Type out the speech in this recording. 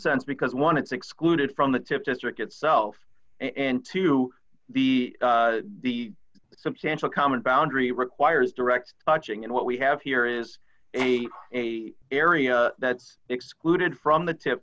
sense because one it's excluded from the tip that's rick itself and to be the substantial common boundary requires direct watching and what we have here is a a area that's excluded from the tip